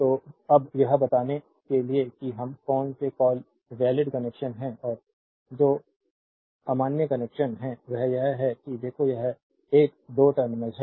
तो अब यह बताने के लिए कि हम कौन से कॉल वैलिड कनेक्शन हैं और जो अमान्य कनेक्शन है वह यह है कि देखो यह 1 2 टर्मिनल है